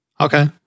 okay